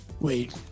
wait